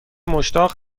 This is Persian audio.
مشتاق